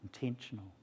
intentional